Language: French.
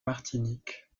martinique